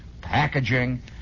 packaging